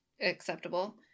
acceptable